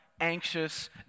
anxious